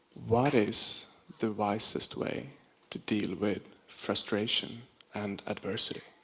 what is the wisest way to deal with frustration and adversity?